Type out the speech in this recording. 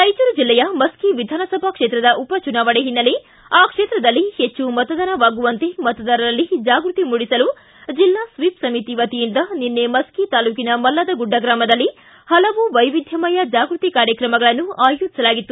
ರಾಯಚೂರು ಜೆಲ್ಲೆಯ ಮಸ್ಕಿ ವಿಧಾನಸಭಾ ಕ್ಷೇತ್ರದ ಉಪಚುನಾವಣೆ ಹಿನ್ನೆಲೆ ಆ ಕ್ಷೇತ್ರದಲ್ಲಿ ಹೆಚ್ಚು ಮತದಾನವಾಗುವಂತೆ ಮತದಾರರಲ್ಲಿ ಜಾಗೃತಿ ಮೂಡಿಸಲು ಜಿಲ್ಲಾ ಸ್ವೀಪ್ ಸಮಿತಿ ವತಿಯಿಂದ ನಿನ್ನೆ ಮಸ್ಕಿ ತಾಲೂಕಿನ ಮಲ್ಲದಗುಡ್ಡ ಗ್ರಾಮದಲ್ಲಿ ಹಲವು ವೈವಿಧ್ಯಮಯ ಜಾಗೃತಿ ಕಾರ್ಯಕ್ರಮಗಳನ್ನು ಆಯೋಜಿಸಲಾಗಿತ್ತು